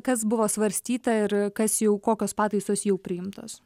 kas buvo svarstyta ir kas jau kokios pataisos jau priimtos